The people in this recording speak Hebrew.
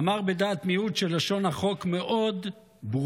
אמר בדעת מיעוט, שלשון החוק ברורה מאוד.